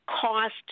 cost